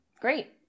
Great